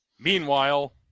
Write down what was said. Meanwhile